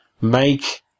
make